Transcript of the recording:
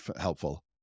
helpful